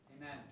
Amen